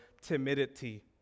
timidity